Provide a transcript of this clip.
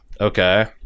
Okay